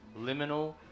Liminal